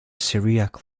syriac